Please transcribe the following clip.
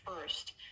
first